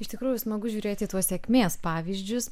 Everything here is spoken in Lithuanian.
iš tikrųjų smagu žiūrėt į tuos sėkmės pavyzdžius